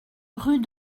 rue